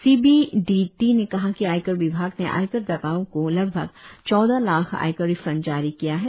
CBDT ने कहा कि आयकर विभाग ने आयकर दाताओं को लगभग चौदह लाख आयकर रिफंड जारी किया है